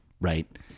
Right